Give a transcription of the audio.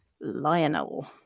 Lionel